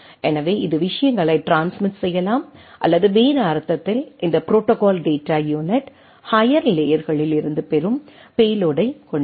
எனவே இது விஷயங்களை ட்ரான்ஸ்மிட் செய்யலாம் அல்லது வேறு அர்த்தத்தில் இந்த ப்ரோடோகால் டேட்டா யூனிட் ஹையர் லேயர்களில் இருந்து பெறும் பேலோட்டை கொண்டிருக்கும்